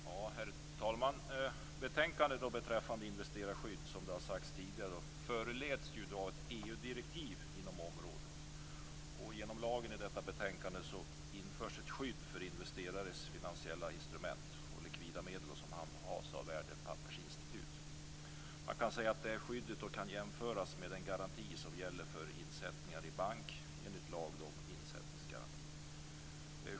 Herr talman! Betänkandet om investerarskydd föranleds, som sagts tidigare, av ett EU-direktiv inom området. I detta betänkande föreslås genom lag införas ett skydd för investerares finansiella instrument och likvida medel som handhas av värdepappersinstitut. Det skyddet kan jämföras med den garanti som gäller för insättningar i bank enligt lag om insättningsgaranti.